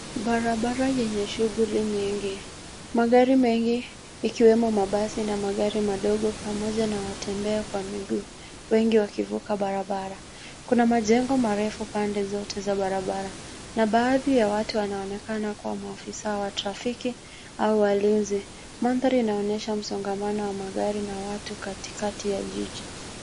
Barabara yenye shughuli nyingi. Magari mengi ikiwemo mabasi na magari madogo pamoja na watembea kwa miguu, wengi wakivuka barabara. Kuna majengo marefu pande zote za barabara na baadhi ya watu wanaonekana kuwa maafisa wa trafiki au walinzi. Mandhari inaonyesha msongamano wa magari na watu katikati ya jiji.